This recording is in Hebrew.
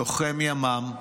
לוחם ימ"מ,